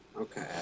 Okay